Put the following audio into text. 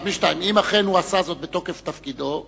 אם אכן הוא עשה זאת מתוקף תפקידו,